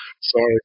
sorry